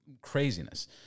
craziness